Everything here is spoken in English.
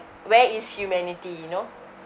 where is humanity you know